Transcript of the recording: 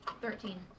Thirteen